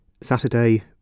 Saturday